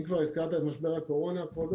אם כבר הזכרת את משבר הקורונה כבודו,